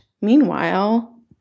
meanwhile